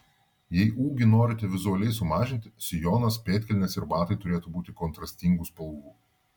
jei ūgį norite vizualiai sumažinti sijonas pėdkelnės ir batai turėtų būti kontrastingų spalvų